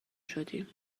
شدیم